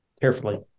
carefully